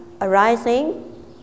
arising